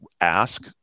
ask